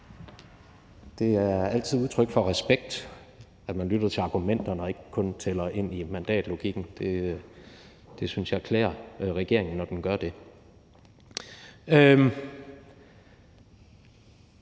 Det er altid udtryk for respekt, når man lytter til argumenterne og ikke kun taler ind i mandatlogikken. Jeg synes, det klæder regeringen, når den gør det.